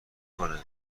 کنه